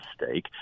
mistake